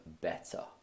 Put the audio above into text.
better